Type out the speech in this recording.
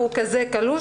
הוא קלוש.